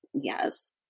Yes